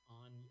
on